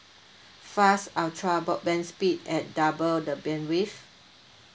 fast ultra broadband speed at double the bandwidth